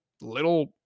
little